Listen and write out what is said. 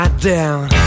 down